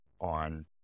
on